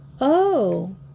Oh